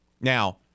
Now